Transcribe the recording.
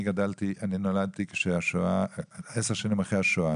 אני נולדתי 10 שנים אחרי השואה.